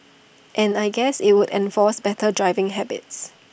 and I guess IT would enforce better driving habits